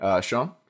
Sean